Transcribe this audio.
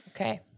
Okay